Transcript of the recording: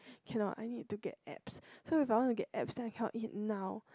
cannot I need to get abs so if I want to get abs I cannot eat now